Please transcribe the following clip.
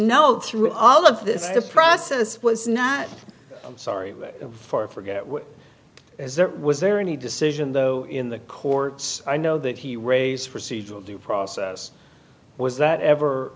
note through all of this the process was not sorry for forget is that was there any decision though in the courts i know that he raised procedural due process was that ever